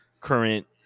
current